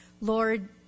Lord